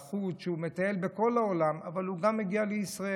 שמטייל בכל העולם, אבל הוא מגיע גם לישראל.